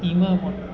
ઈનામક